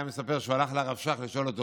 היה מספר שהוא הלך לרב שך לשאול אותו.